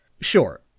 Sure